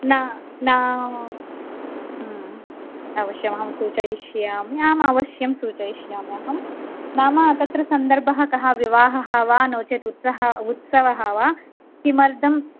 न अवश्यमहं सूचयिष्यामि आमवश्यं सूचयिष्यामि अहं नाम तत्र सन्दर्भः कः विवाहः वा नोचेत् उत्सवः वा किमर्थं